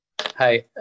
Hi